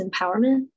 empowerment